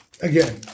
Again